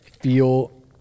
feel